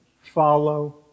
Follow